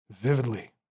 vividly